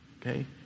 Okay